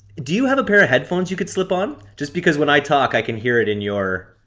do you have a pair of headphones you could slip on? just because when i talk, i can hear it in your